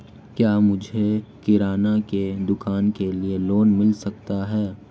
क्या मुझे किराना की दुकान के लिए लोंन मिल सकता है?